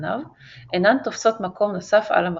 זנב אינן תופסות מקום נוסף על המחסנית.